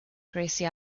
gracie